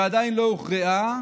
עדיין לא הוכרעה.